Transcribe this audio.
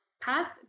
past